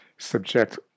subject